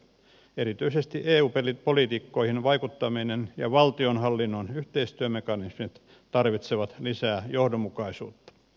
erityisesti eu politiikkoihin vaikuttaminen ja valtionhallinnon yhteistyömekanismit tarvitsevat lisää johdonmukaisuutta